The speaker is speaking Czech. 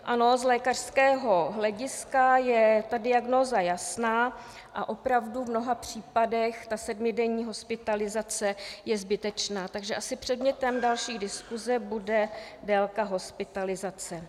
Ano, z lékařského hlediska je ta diagnóza jasná a opravdu v mnoha případech ta sedmidenní hospitalizace je zbytečná, takže asi předmětem další diskuse bude délka hospitalizace.